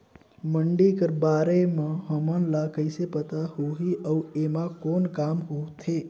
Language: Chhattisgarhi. मंडी कर बारे म हमन ला कइसे पता होही अउ एमा कौन काम होथे?